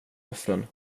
offren